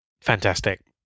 Fantastic